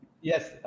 Yes